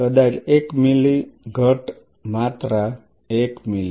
કદાચ એક મિલી ઘટ્ટ માત્ર 1 મિલી